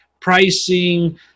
pricing